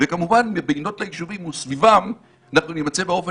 וכמובן מבינות היישובים וסביבם נימצא במצב